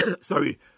Sorry